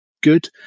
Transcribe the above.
good